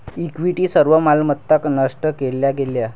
equity सर्व मालमत्ता नष्ट केल्या गेल्या